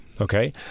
Okay